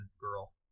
girl